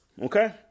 Okay